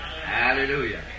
Hallelujah